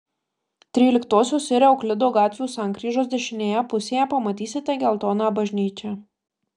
tryliktosios ir euklido gatvių sankryžos dešinėje pusėje pamatysite geltoną bažnyčią